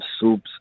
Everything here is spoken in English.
soups